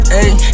ayy